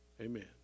Amen